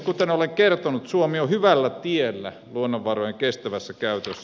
kuten olen kertonut suomi on hyvällä tiellä luonnonvarojen kestävässä käytössä